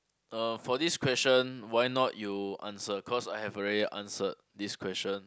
uh for this question why not you answer cause I have already answered this question